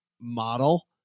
model